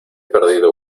perdido